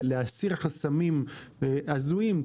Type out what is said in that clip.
להסיר חסמים הזויים,